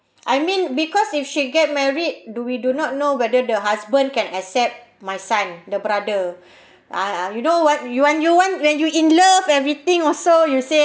I mean because if she get married do we do not know whether the husband can accept my son the brother ah ah you know what you want you want when you in love everything also you say